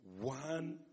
one